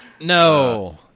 No